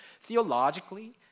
Theologically